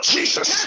Jesus